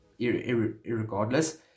irregardless